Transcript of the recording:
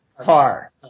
car